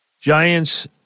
Giants